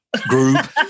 group